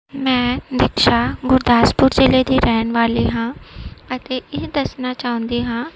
ਮੈਂ ਦਿਕਸ਼ਾ ਗੁਰਦਸਪੁਰ ਜਿਲ੍ਹੇ ਦੀ ਰਹਿਣ ਵਾਲੀ ਹਾਂ ਅਤੇ ਇਹ ਦੱਸਣਾ ਚਾਹੁੰਦੀ ਹਾਂ